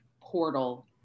portal